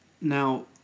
Now